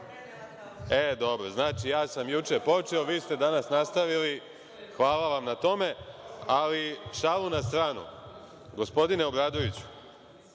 E, dobro, znači, ja sam juče počeo, vi ste danas nastavili. Hvala vam na tome. Ali, šalu na stranu. Gospodine Obradoviću,